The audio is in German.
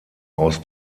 aus